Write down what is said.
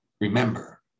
remember